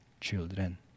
children